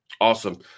Awesome